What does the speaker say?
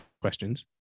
questions